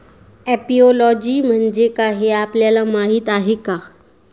Apiology म्हणजे काय, हे आपल्याला माहीत आहे का?